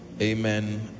Amen